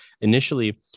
Initially